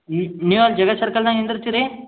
ನೀವು ಅಲ್ಲಿ ಜಗತ್ ಸರ್ಕಲ್ನಾಗ ನಿಂದಿರ್ತೀರಿ